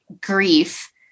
grief